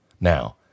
Now